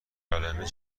قلمه